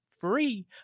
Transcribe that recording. free